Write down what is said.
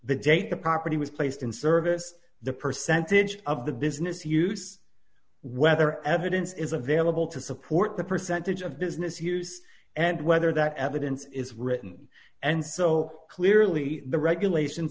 the date the property was placed in service the percentage of the business use whether evidence is available to support the percentage of business use and whether that evidence is written and so clearly the regulation